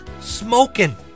smoking